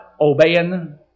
obeying